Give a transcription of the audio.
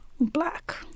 Black